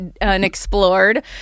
unexplored